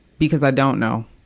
because i don't know.